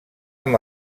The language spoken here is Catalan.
amb